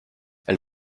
elle